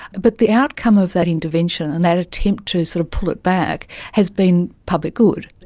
but the outcome of that intervention and that attempt to sort of pull it back has been public good.